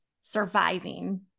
surviving